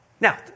Now